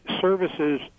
services